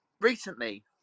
recently